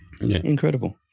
Incredible